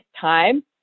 time